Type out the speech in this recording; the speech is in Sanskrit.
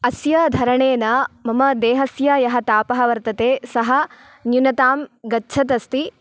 अस्य धरणेन मम देहस्य यः तापः वर्तते सः न्यूनताम् गच्छत् अस्ति